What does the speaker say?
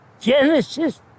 Genesis